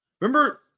Remember